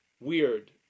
weird